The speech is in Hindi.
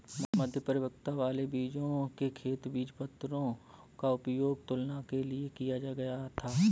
मध्य परिपक्वता वाले बीजों के खेत बीजपत्रों का उपयोग तुलना के लिए किया गया था